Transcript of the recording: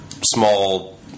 small